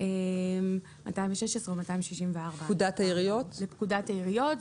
סייג דומה קבוע גם כיום בצו התעבורה, עבירות קנס.